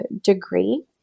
degree